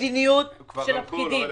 מדיניות של הפקידים.